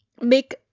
Make